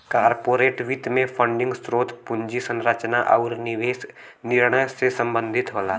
corporate वित्त में funding स्रोत, पूंजी संरचना आुर निवेश निर्णय से संबंधित होला